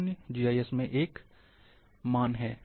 शून्य जीआईएस में एक मान है